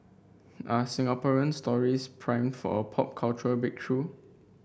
are Singaporean stories primed for a pop cultural breakthrough